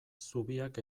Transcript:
zubiak